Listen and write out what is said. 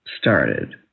started